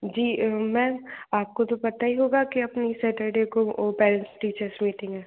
जी आपको तो पता ही होगा कि अपनी सैटरडे को वो पेरेंट्स टीचर्स मीटिंग है